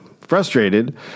Frustrated